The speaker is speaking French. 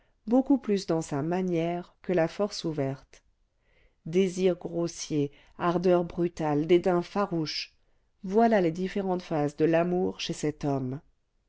beaucoup plus dans sa manière que la force ouverte désir grossier ardeur brutale dédain farouche voilà les différentes phases de l'amour chez cet homme